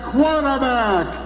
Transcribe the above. Quarterback